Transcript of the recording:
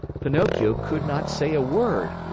pinocchio could not say a word,